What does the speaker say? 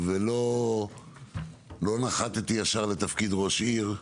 ולא נחתי ישר לתפקיד ראש עיר,